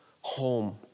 home